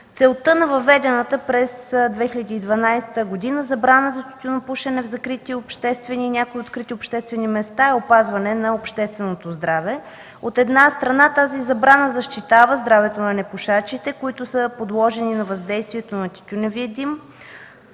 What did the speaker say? Целта на въведената през 2012 г. забрана за тютюнопушене в закрити обществени и в някои открити обществени места е опазването на общественото здраве. От една страна, тази забрана защитава здравето на непушачите, които са подложени на въздействието на тютюневия дим